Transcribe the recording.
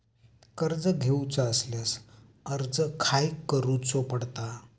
कर्ज घेऊचा असल्यास अर्ज खाय करूचो पडता?